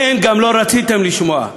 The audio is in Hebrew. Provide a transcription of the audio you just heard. כן, גם לא רציתם לשמוע.